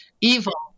evil